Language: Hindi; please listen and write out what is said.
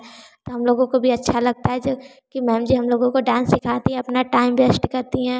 हम लोगों को भी अच्छा लगता है जो कि मेम जी हम लोगों को डांस सिखाती अपना टाइम वेस्ट करती हैं